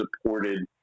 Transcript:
supported